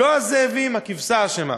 לא הזאבים, הכבשה אשמה.